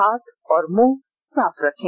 हाथ और मुंह साफ रखें